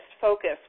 focus